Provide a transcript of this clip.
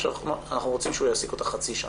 עכשיו אנחנו רוצים שהוא יעסיק אותה חצי שנה.